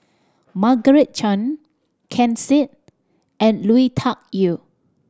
Margaret Chan Ken Seet and Lui Tuck Yew